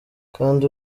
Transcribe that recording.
kandi